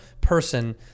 person